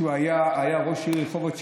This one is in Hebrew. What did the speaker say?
כשהוא היה ראש העיר רחובות,